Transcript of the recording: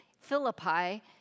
Philippi